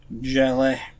jelly